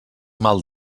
mal